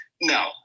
no